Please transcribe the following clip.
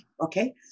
okay